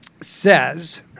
says